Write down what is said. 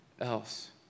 else